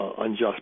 unjust